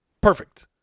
perfect